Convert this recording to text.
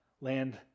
land